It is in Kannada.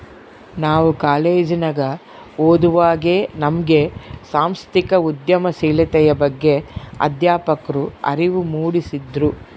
ನಾವು ಕಾಲೇಜಿನಗ ಓದುವಾಗೆ ನಮ್ಗೆ ಸಾಂಸ್ಥಿಕ ಉದ್ಯಮಶೀಲತೆಯ ಬಗ್ಗೆ ಅಧ್ಯಾಪಕ್ರು ಅರಿವು ಮೂಡಿಸಿದ್ರು